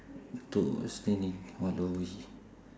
need to